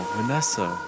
Vanessa